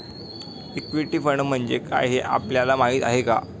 Equity fund म्हणजे काय, हे आपल्याला माहीत आहे का?